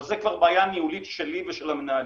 אבל זה כבר בעיה ניהולית שלי ושל המנהלים.